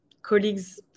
Colleagues